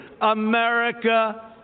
America